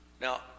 Now